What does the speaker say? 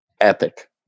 Epic